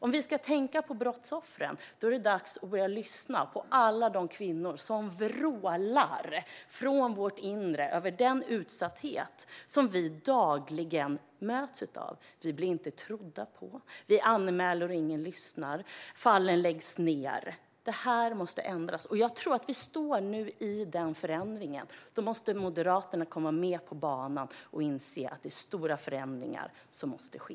Om vi ska tänka på brottsoffren är det dags att börja lyssna på alla oss kvinnor som vrålar ur vårt inre över den utsatthet som vi dagligen möts av. Vi blir inte trodda. Vi anmäler, och ingen lyssnar. Fallen läggs ned. Detta måste ändras. Jag tror att vi nu står i den förändringen. Då måste Moderaterna komma med på banan och inse att det är stora förändringar som måste ske.